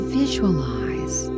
visualize